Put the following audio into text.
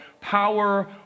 power